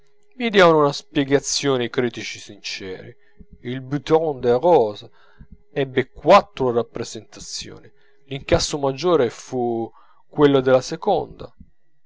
diano una spiegazione i critici sinceri il bouton de rose ebbe quattro rappresentazioni l'incasso maggiore fu quello della seconda